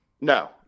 No